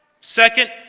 Second